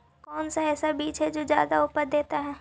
कौन सा ऐसा भी जो सबसे ज्यादा उपज देता है?